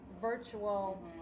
virtual